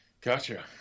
Gotcha